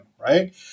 right